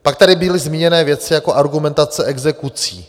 Pak tady byly zmíněny věci jako argumentace exekucí.